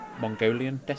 Mongolian